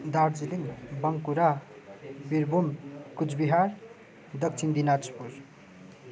Darjeeling Bankura Birbhum Cooch Behar Dakshin Dinajpur